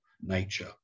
nature